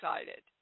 excited